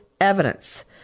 evidence